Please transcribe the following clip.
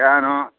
fan